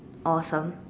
awesome